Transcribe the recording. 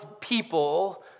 people